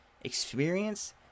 Experience